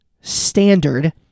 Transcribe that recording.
standard